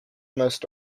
most